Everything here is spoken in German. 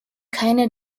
keiner